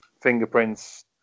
Fingerprint's